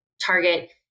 target